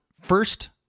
first